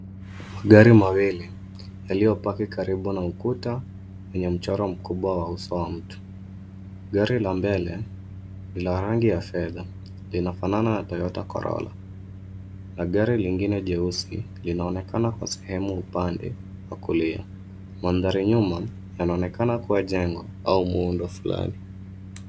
Magari mawili yaliyopaki karibu na ukuta wenye mchoro mkubwa wa uso wa mtu. Gari la mbele ni la rangi ya fedha linafanana na Toyota Corolla na gari lingine jeusi, linaonekana kwa sehemu upande wa kulia. Mandhari nyuma, yanaonekana kuwa jengo au muundo fulani.